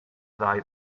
ddau